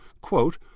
quote